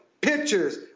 Pictures